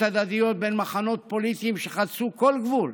הדדיות בין מחנות פוליטיים שחצו כל גבול.